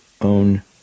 own